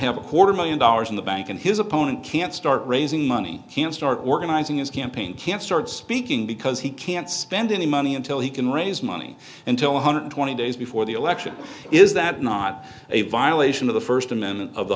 have a quarter million dollars in the bank and his opponent can't start raising money can start organizing his campaign can't start speaking because he can't spend any money until he can raise money until one hundred twenty days before the election is that not a violation of the first amendment of the